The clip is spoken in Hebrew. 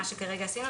מה שכרגע עשינו,